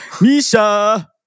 Misha